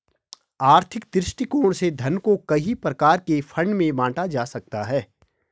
आर्थिक दृष्टिकोण से धन को कई प्रकार के फंड में बांटा जा सकता है